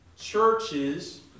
Churches